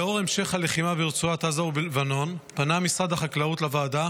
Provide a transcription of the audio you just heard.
לאור המשך הלחימה ברצועת עזה ובלבנון פנה משרד החקלאות לוועדה